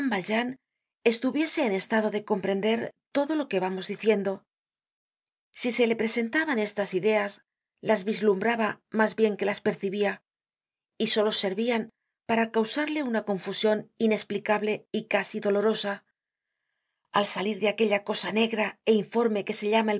estuviese en estado de comprender todo lo que vamos diciendo si se le presentaban estas ideas las vislumbraba mas bien que las percibia y solo ser vian para causarle una confusion inesplicable y casi dolorosa al salir de aquella cosa negra é informe que se llama